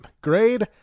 Grade